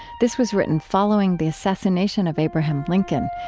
this was written following the assassination of abraham lincoln.